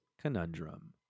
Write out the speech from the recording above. conundrum